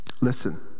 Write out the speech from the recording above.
Listen